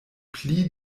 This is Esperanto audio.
pli